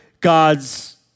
God's